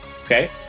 okay